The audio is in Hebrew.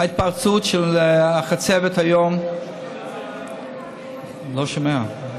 ההתפרצות של החצבת היום, אני לא שומע.